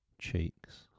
cheeks